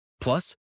Plus